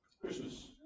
Christmas